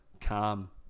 calm